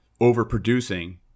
overproducing